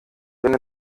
wenn